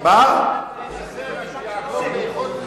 והוא יעבור, אי-אפשר למנוע ממישהו להינשא.